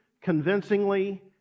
convincingly